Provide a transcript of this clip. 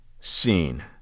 seen